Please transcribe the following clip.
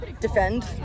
defend